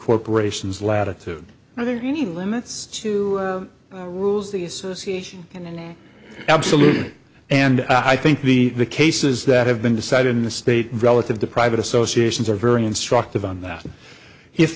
corporations latitude are there any limits to rules the association and absolutely and i think the cases that have been decided in the state relative to private associations are very instructive on that if